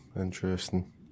Interesting